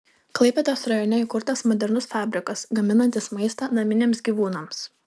klaipėdos rajone įkurtas modernus fabrikas gaminantis maistą naminiams gyvūnams